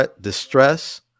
distress